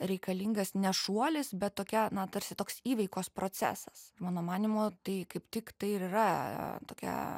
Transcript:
reikalingas ne šuolis bet tokia na tarsi toks įveikos procesas ir mano manymu tai kaip tik tai ir yra tokia